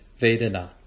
vedana